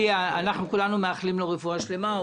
כולנו מאחלים לו רפואה שלמה,